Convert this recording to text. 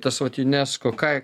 tas vat unesco ką